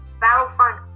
Battlefront